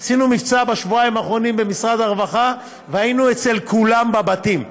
עשינו מבצע בשבועיים האחרונים במשרד הרווחה והיינו אצל כולם בבתים.